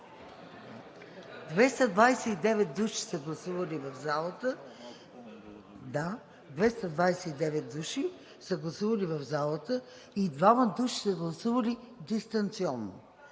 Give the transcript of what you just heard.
229 души са гласували в залата и двама души са гласували дистанционно.